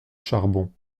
charbon